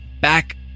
back